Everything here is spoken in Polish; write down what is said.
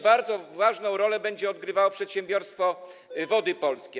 Bardzo ważną rolę będzie tutaj odgrywało przedsiębiorstwo Wody Polskie.